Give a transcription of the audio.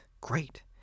great